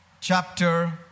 chapter